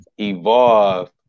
evolve